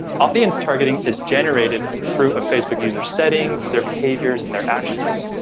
audience targeting is generated through a facebook user's settings, their behaviors and their actions.